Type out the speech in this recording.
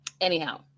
anyhow